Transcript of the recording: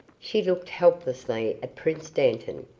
she looked helplessly at prince dantan.